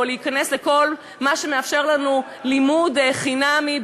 או להיכנס לכל מה שמאפשר לנו לימוד חינמי,